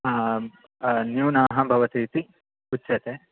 न्यूनाः भवति इति उच्यते